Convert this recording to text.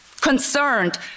concerned